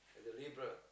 as a labourer